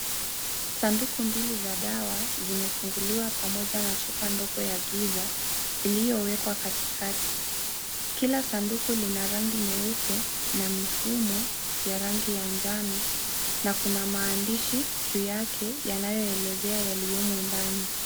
Sanduku mbili za dawa zimefunguliwa pamoja na chupa ndogo ya giza iliyiwekwa katika. Kila sanduku Lina rangi nyeupe na mifumo ya rangi ya njano na kuna maandishi juunyake, yanayoelezea yaliyomo ndani .